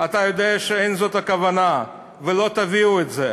אתה יודע שאין זאת הכוונה, ולא תביאו את זה,